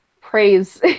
praise